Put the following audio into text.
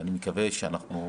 ואני מקווה שאנחנו,